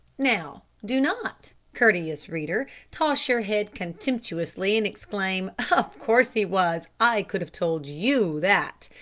now do not, courteous reader, toss your head contemptuously, and exclaim, of course he was i could have told you that.